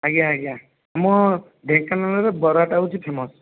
ଆଜ୍ଞା ଆଜ୍ଞା ଆମ ଢେଙ୍କାନାଳର ବରାଟା ହେଉଛି ଫେମସ୍